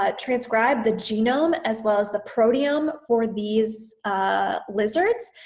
ah transcribe the genome as well as the protium for these ah lizards,